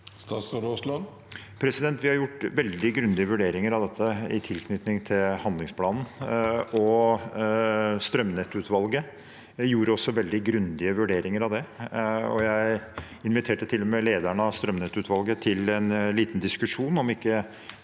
Vi har gjort vel- dig grundige vurderinger av dette i tilknytning til handlingsplanen, og strømnettutvalget gjorde også veldig grundige vurderinger av det. Jeg inviterte til og med lederen av strømnettutvalget til en liten diskusjon om